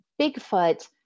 Bigfoot